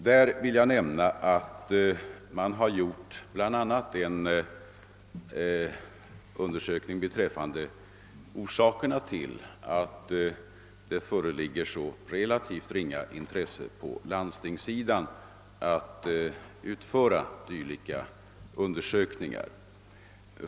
Jag vill nämna att man gjort en undersökning av orsakerna till att landstingen visat ett så relativt litet intresse av att utföra sådana undersökningar.